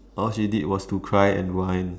all she did was to cry and whine